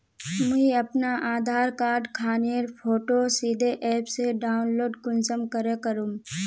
मुई अपना आधार कार्ड खानेर फोटो सीधे ऐप से डाउनलोड कुंसम करे करूम?